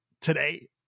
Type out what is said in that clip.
today